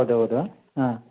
ಹೌದು ಹೌದು ಹಾಂ